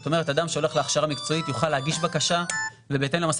זאת אומרת אדם שהולך להכשרה מקצועית יוכל להגיש בקשה ובהתאם למצב